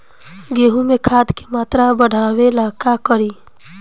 गेहूं में खाद के मात्रा बढ़ावेला का करी?